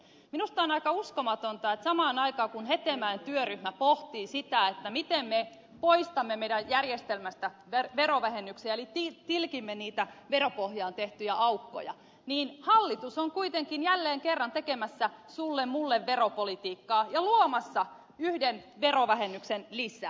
minusta on aika uskomatonta että samaan aikaan kun hetemäen työryhmä pohtii sitä miten me poistamme meidän järjestelmästämme verovähennyksiä eli tilkitsemme niitä veropohjaan tehtyjä aukkoja niin hallitus on kuitenkin jälleen kerran tekemässä sulle mulle veropolitiikkaa ja luomassa yhden verovähennyksen lisää